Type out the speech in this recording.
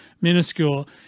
minuscule